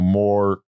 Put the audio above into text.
more